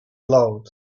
load